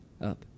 up